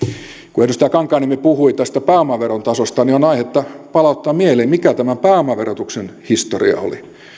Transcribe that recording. kun edustaja kankaanniemi puhui tästä pääomaveron tasosta niin on aihetta palauttaa mieleen mikä tämä pääomaverotuksen historia oli